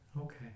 Okay